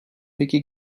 peki